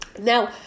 Now